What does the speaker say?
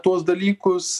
tuos dalykus